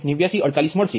8948 મળશે